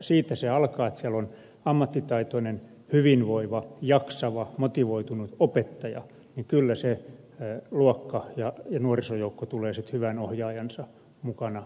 siitä se alkaa että jos siellä on ammattitaitoinen hyvinvoiva jaksava motivoitunut opettaja niin kyllä se luokka ja nuorisojoukko tulee sitten hyvän ohjaajansa mukana ja perässä